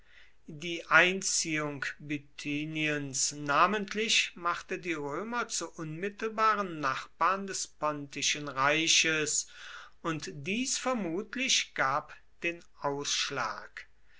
die einziehung bithyniens namentlich machte die römer zu unmittelbaren nachbarn des pontischen reiches und dies vermutlich gab den ausschlag